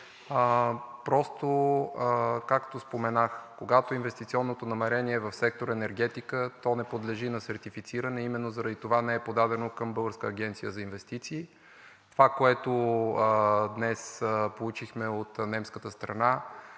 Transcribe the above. Просто, както споменах, когато инвестиционното намерение е в сектор „Енергетика“, то не подлежи на сертифициране. Именно заради това не е подадено към Българската агенция за инвестиции. Това, което днес получихме от немската страна,